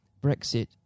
Brexit